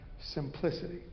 simplicity